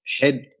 head